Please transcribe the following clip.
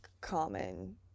common